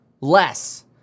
less